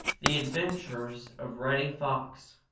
the adventures of reddy fox